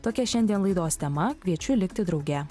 tokia šiandien laidos tema kviečiu likti drauge